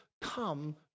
come